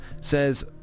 says